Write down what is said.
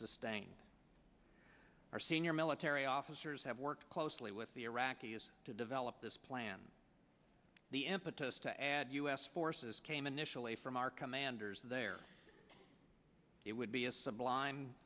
sustain our senior military officers have worked closely with the iraqis to develop this plan the impetus to add u s forces came initially from our commanders there it would be a sublime